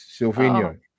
Silvino